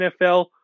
NFL